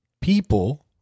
People